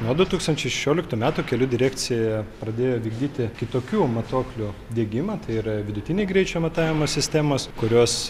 nuo du tūkstančiai šešioliktų metų kelių direkcija pradėjo vykdyti kitokių matuoklių diegimą tai yra vidutinio greičio matavimo sistemos kurios